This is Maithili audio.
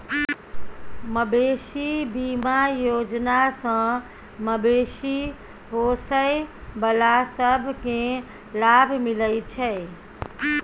मबेशी बीमा योजना सँ मबेशी पोसय बला सब केँ लाभ मिलइ छै